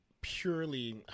purely